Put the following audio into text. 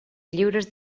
lliures